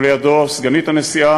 ולידו סגנית הנשיא,